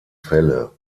fälle